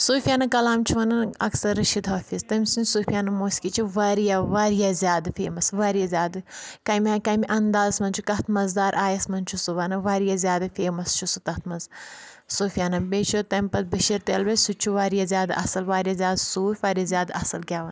صوٗفِیانہ کَلام چھُ وَنان اَکثر رٔشیٖد حٲفِظ تٔمہِ سُند صوٗفِیانہ موسقی چھ واریاہ واریاہ زیادٕ فیمَس واریاہ زیادٕ کمہِ آیہِ کمہِ اَندازٕ منٛز چھُ کَتھ مَزدار آیَس منز چھُ سُہ وَنان واریاہ زیادٕ فیمَس چھُ سُہ تَتھ منز صوٗفِیانہ بیٚیہِ چھُ تمہِ پتہٕ بٔشیٖر تیلبٔۍ سُہ تہِ چھُ واریاہ زیادٕ اَصٕل صوٗف واریاہ زیادٕ اَصل گؠوان